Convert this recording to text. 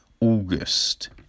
August